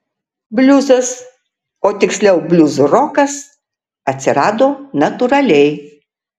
bliuzas o tiksliau bliuzrokas atsirado natūraliai